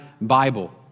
Bible